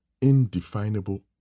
indefinable